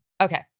Okay